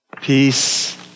Peace